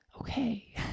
okay